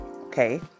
Okay